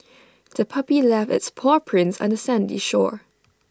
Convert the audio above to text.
the puppy left its paw prints on the sandy shore